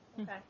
okay